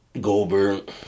Goldberg